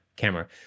camera